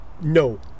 no